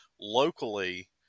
locally